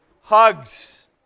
Hugs